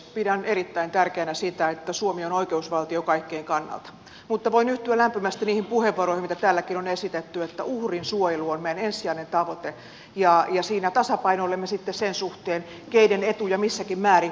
pidän erittäin tärkeänä sitä että suomi on oikeusvaltio kaikkien kannalta mutta voin yhtyä lämpimästi niihin puheenvuoroihin mitä täälläkin on esitetty että uhrin suojelu on meidän ensisijainen tavoitteemme ja siinä tasapainoilemme sitten sen suhteen keiden etuja missäkin määrin katsomme